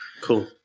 Cool